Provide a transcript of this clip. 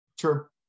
Sure